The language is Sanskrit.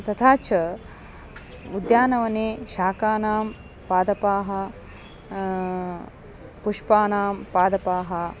तथा च उद्यानवने शाकानां पादपाः पुष्पाणां पादपाः